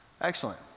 Excellent